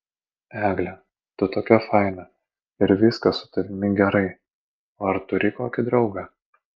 egle tu tokia faina ir viskas su tavimi gerai o ar turi kokį draugą